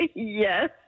Yes